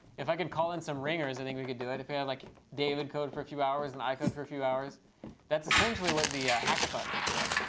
if i can call in some ringers i think we could do that. if we like david code for a few hours and i code for a few hours that's essentially what the hackathon is though,